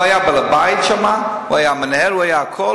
הוא היה בעל-הבית שם, הוא היה מנהל, הוא היה הכול.